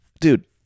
Dude